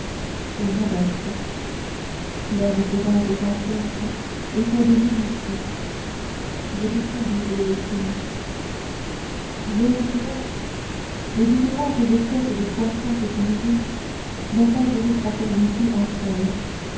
tu es modeste l'homme se vante sans cesse et pour des minuties je te salue vieil océan vieil océan les différentes espèces de poissons que tu nourris n'ont pas juré fraternité entre elles